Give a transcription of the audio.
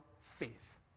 faith